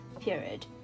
period